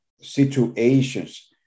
situations